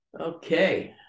Okay